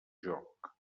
joc